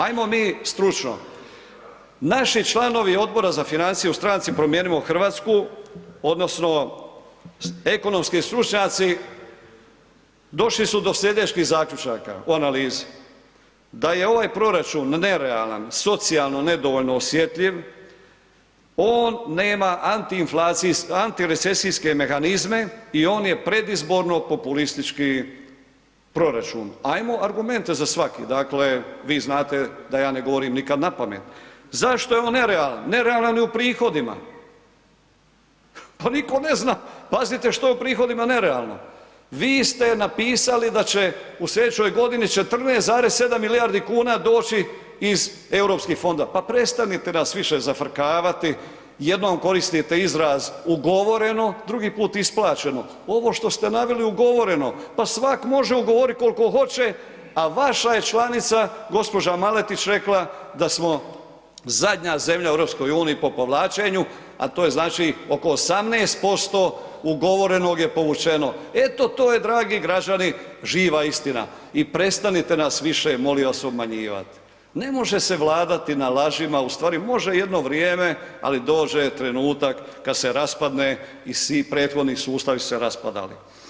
Ajmo mi stručno, naši članovi Odbora za financije u Stranci promijenimo Hrvatsku odnosno ekonomski stručnjaci došli su do slijedećih zaključaka o analizi da je ovaj proračun nerealna, socijalno dovoljno neosjetljiv, on nema antiresecijske mehanizme i on je predizborno populistički proračun, ajmo argumente za svaki, dakle vi znate da ja ne govorim nikad napamet, zašto je on nerealan, nerealan je u prihodima, pa nitko ne zna, pazite što je u prihodima nerealno, vi ste napisali da će u slijedećoj godini 14,7 milijardi kuna doći iz Europskih fondova, pa prestanite nas više zafrkavati, jednom koristite izraz „ugovoreno“, drugi put „isplaćeno“, ovo što ste naveli „ugovoreno“, pa svak može ugovorit koliko hoće, a vaša je članica gđa. Maletić rekla da smo zadnja zemlja u EU po povlačenju, a to je znači oko 18% ugovorenog je povučeno, eto to je dragi građani živa istina i prestanite nas više molim vas obmanjivat, ne može se vladat na lažima, u stvari može jedno vrijeme, ali dođe trenutak kad se raspadne i svi prethodni sustavi su se raspadali.